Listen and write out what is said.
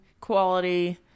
quality